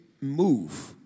move